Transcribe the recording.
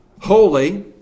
holy